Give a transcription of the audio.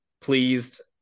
pleased